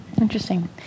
Interesting